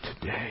today